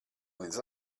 līdz